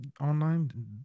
online